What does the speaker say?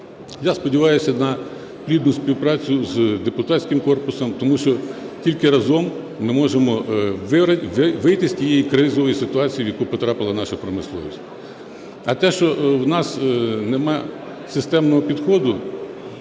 Я сподіваюся на плідну співпрацю з депутатським корпусом, тому що тільки разом ми можемо вийти з тієї кризової ситуації, в яку потрапила наша промисловість. А те, що у нас нема системного підходу,